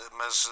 mas